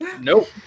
Nope